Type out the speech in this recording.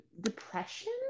depression